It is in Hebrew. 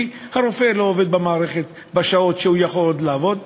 כי הרופא לא עובד במערכת בשעות שהוא יכול לעבוד בה,